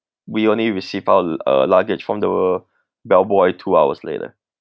we only received our uh luggage from the bellboy two hours later